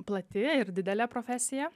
plati ir didelė profesija